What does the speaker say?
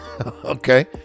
okay